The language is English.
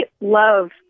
love